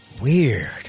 Weird